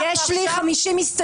אנחנו עכשיו --- יש לי 50 הסתייגויות.